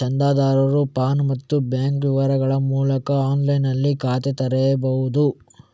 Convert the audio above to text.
ಚಂದಾದಾರರು ಪಾನ್ ಮತ್ತೆ ಬ್ಯಾಂಕ್ ವಿವರಗಳ ಮೂಲಕ ಆನ್ಲೈನಿನಲ್ಲಿ ಖಾತೆ ತೆರೀಬಹುದು